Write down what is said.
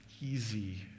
easy